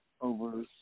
over